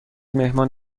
مهمان